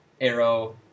arrow